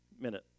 Minute